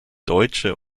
deutsche